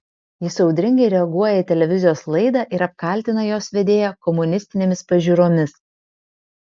jis audringai reaguoja į televizijos laidą ir apkaltina jos vedėją komunistinėmis pažiūromis